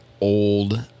old